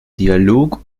dialog